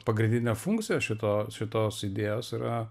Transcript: pagrindinė funkcija šito šitos idėjos yra